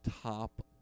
top